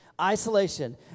Isolation